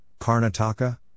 Karnataka